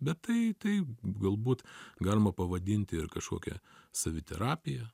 bet tai tai galbūt galima pavadinti ir kažkokia saviterapija